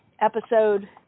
episode